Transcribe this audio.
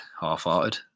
half-hearted